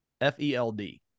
F-E-L-D